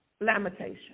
Lamentation